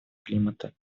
климата